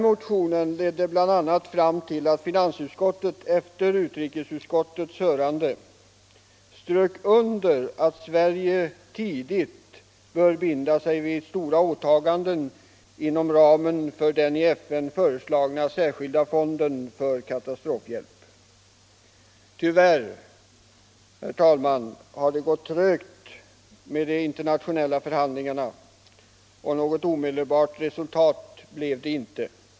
Motionen ledde bl, a. fram till att finansutskottet efter utrikesutskottets hörande strök under att Sverige tidigt bör binda sig vid stora åtaganden inom ramen för den i FN föreslagna särskilda fonden för katastrofhjälp. Tyvärr, herr talman, har det gått trögt med de internationella förhandlingarna, och något omedelbart resultat blev det inte.